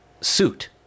suit